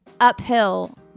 uphill